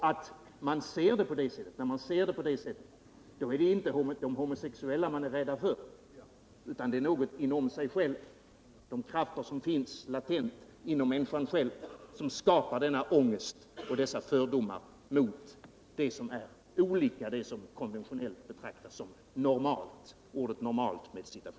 När man ser saken på det sättet är det inte de homosexuella man är rädd för, utan det är de krafter som finns latenta inom en själv som skapar denna ångest och dessa fördomar mot det som är olikt vad som konventionellt betraktas som ”normalt”.